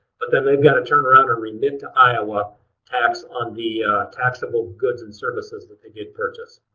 but then they've got to turn around and remit to iowa tax on the taxable good and services that they did purchase.